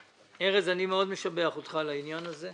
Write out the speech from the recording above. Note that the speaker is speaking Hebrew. ארז, אני מאוד משבח אותך על העניין הזה.